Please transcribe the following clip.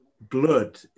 blood